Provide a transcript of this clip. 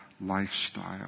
lifestyle